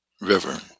River